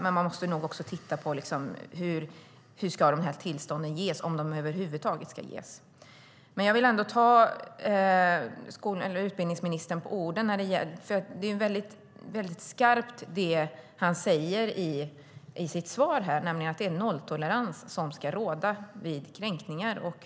Man måste nog också titta på hur tillstånden ges, om de över huvud taget ska ges. Jag vill ändå ta utbildningsministern på orden. Det han säger i sitt svar är väldigt skarpt, nämligen att det är nolltolerans mot kränkningar som ska råda.